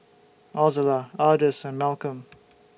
Ozella Ardis and Malcolm